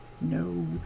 No